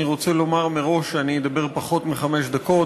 אני רוצה לומר מראש שאני אדבר פחות מחמש דקות,